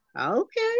Okay